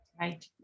Right